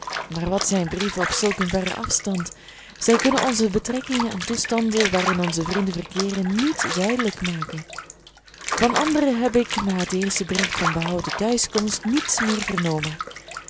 maar wat zijn brieven op zulk een verren afstand zij kunnen ons de betrekkingen en toestanden waarin onze vrienden verkeeren niet duidelijk maken van anderen heb ik na het eerste bericht van behouden thuiskomst niets meer vernomen